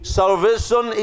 salvation